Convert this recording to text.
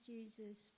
Jesus